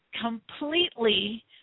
completely